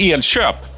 Elköp